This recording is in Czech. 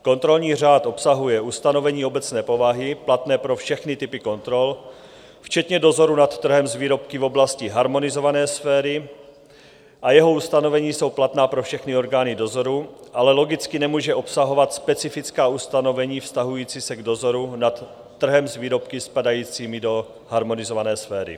Kontrolní řád obsahuje ustanovení obecné povahy platné pro všechny typy kontrol včetně dozoru nad trhem s výrobky v oblasti harmonizované sféry a jeho ustanovení jsou platná pro všechny orgány dozoru, ale logicky nemůže obsahovat specifická ustanovení vztahující se k dozoru nad trhem s výrobky spadajícími do harmonizované sféry.